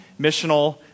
missional